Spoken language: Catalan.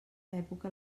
època